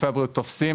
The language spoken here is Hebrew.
גופי הבריאות תופסים